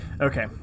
Okay